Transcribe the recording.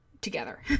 together